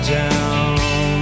down